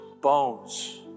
Bones